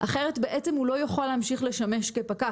כי אחרת הוא לא יכול להמשיך לשמש כפקח.